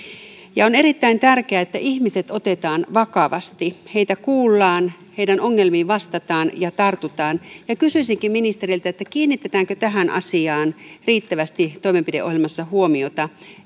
on erittäin tärkeää että ihmiset otetaan vakavasti heitä kuullaan heidän ongelmiinsa vastataan ja tartutaan kysyisinkin ministeriltä kiinnitetäänkö tähän asiaan riittävästi toimenpideohjelmassa huomiota